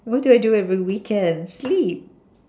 what do I do every weekend sleep